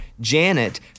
Janet